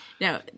Now